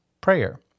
prayer